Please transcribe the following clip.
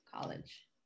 college